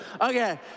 Okay